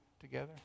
together